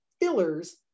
fillers